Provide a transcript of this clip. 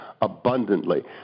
abundantly